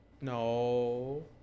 No